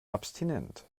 abstinent